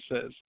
says